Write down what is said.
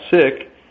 sick